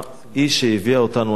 היא שהביאה אותנו עד הלום.